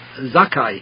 Zakai